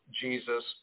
Jesus